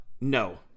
no